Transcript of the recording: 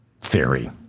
theory